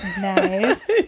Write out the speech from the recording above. nice